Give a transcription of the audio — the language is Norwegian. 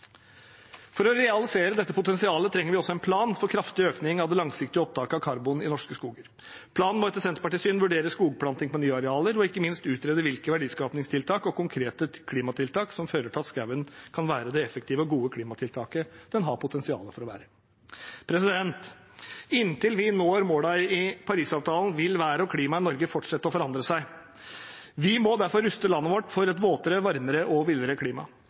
For å realisere dette potensialet trenger vi også en plan for kraftig økning av det langsiktige opptaket av karbon i norske skoger. Planen må etter Senterpartiets syn vurdere skogplanting på nye arealer og ikke minst utrede hvilke verdiskapingstiltak og konkrete klimatiltak som fører til at skogen kan være det effektive og gode klimatiltaket den har potensial til å være. Inntil vi når målene i Parisavtalen, vil været og klimaet i Norge fortsette å forandre seg. Vi må derfor ruste landet vårt for et våtere, varmere og villere klima.